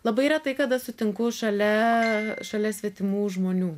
labai retai kada sutinku šalia šalia svetimų žmonių